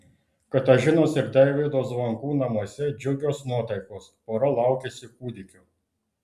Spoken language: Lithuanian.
katažinos ir deivydo zvonkų namuose džiugios nuotaikos pora laukiasi kūdikio